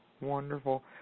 Wonderful